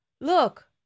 Look